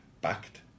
backed